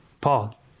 Paul